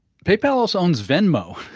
paypal also owns venmo.